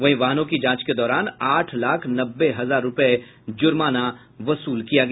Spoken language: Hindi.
वहीं वाहनों की जांच के दौरान आठ लाख नब्बे हजार रूपये जुर्माना वसूल किया गया